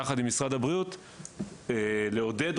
תמונת מצב והערכות לעלייה בתוחלת החיים.